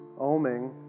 oming